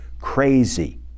crazy